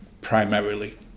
primarily